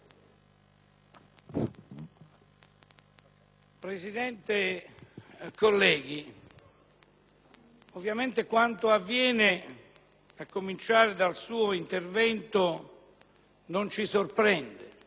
Presidente, colleghi, ovviamente quanto avviene, a cominciare dal suo intervento, non ci sorprende.